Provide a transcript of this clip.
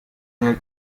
nel